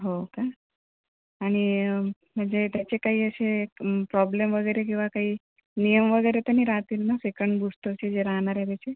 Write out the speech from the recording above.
हो का आणि म्हणजे त्याचे काही असे प्रॉब्लेम वगैरे किंवा काही नियम वगैरे तर नाही राहतील ना सेकंड बुस्टरचे जे राहणार आहे